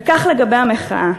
וכך לגבי המחאה.